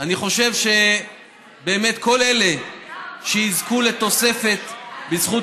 אני חושב שכל אלה שיזכו לתוספת בזכות